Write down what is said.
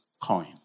coin